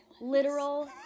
Literal